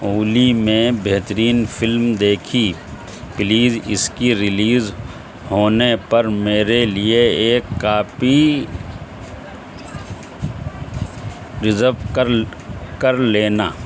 اولی میں بہترین فلم دیکھی پلیز اس کے ریلیز ہونے پر میرے لیے ایک کاپی ریزرو کر کر لینا